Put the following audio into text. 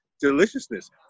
deliciousness